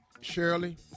Shirley